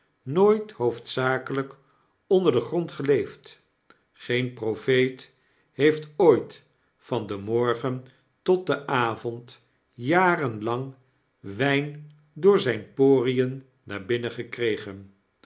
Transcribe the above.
nooit hoofdzakelyk onder den grond geleefd geen profeet heeft ooit van den morgen tot den avond jarenlang wyn door zyn porien naar binnen